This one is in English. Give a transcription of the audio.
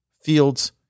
fields